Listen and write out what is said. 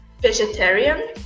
vegetarian